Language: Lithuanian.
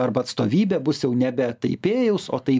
arba atstovybė bus jau nebe taipėjaus o tai